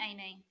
Amy